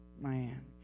Man